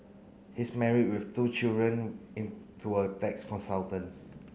he is married with two children in to a tax consultant